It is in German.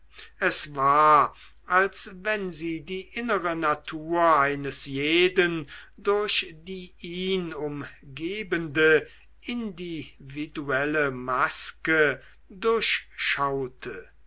es war als wenn sie die innere natur eines jeden durch die ihn umgebende individuelle maske